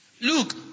Look